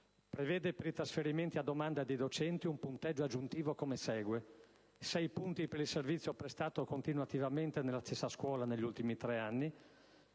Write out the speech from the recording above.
prevede, per i trasferimenti a domanda dei docenti, un punteggio aggiuntivo come segue: 6 punti per il servizio prestato continuativamente nella stessa scuola negli ultimi tre anni;